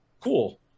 cool